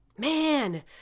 Man